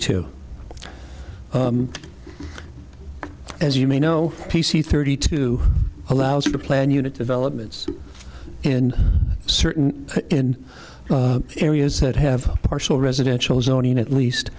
two as you may know p c thirty two allows you to plan unit developments in certain areas that have partial residential zoning at least